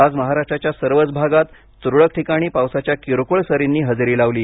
आज महाराष्ट्राच्या सर्वच भागात तुरळक ठिकाणी पावसाच्या किरकोळ सरींनी हजेरी लावली